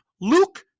Luke